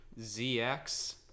ZX